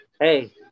Hey